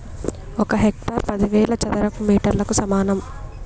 ఒక హెక్టారు పదివేల చదరపు మీటర్లకు సమానం